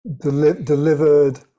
delivered